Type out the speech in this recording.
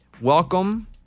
welcome